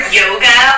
yoga